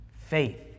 Faith